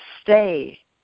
stay